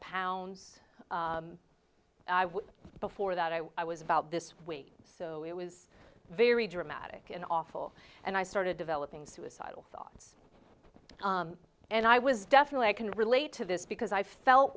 pounds before that i was about this week so it was very dramatic and awful and i started developing suicidal thoughts and i was definitely i can relate to this because i felt